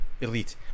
elite